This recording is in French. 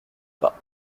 pas